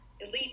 elite